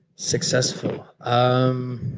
successful. um